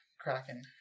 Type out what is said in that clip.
Kraken